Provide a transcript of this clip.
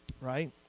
Right